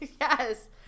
Yes